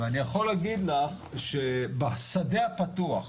ואני יכול להגיד לך שבשדה הפתוח